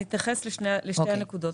אני אתייחס לשתי הנקודות.